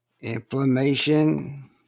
inflammation